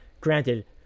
granted –